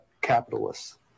capitalists